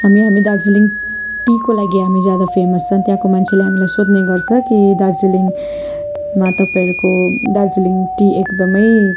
हामी हामी दार्जिलिङ टीको लागि हामी ज्यादा फेमस छौँ त्यहाँको मान्छेले हामीलाई सोध्ने गर्छ कि दार्जिलिङमा तपाईँहरूको दार्जिलिङ टी एकदमै